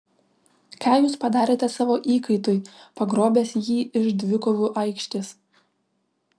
ką jūs padarėte savo įkaitui pagrobęs jį iš dvikovų aikštės